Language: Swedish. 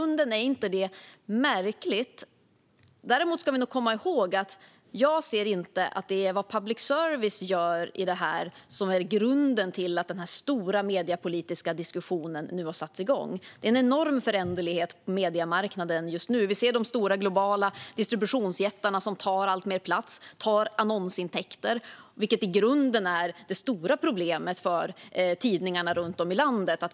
Däremot ser jag inte att det är vad public service gör som är grunden till att den stora mediepolitiska diskussionen nu har satts igång. Det är en enorm föränderlighet på mediemarknaden just nu. Vi ser de stora globala distributionsjättarna ta alltmer plats och annonsintäkter, vilket i grunden är det stora problemet för tidningarna runt om i landet.